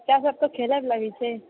बच्चा सब तऽ खेलऽ लगै छै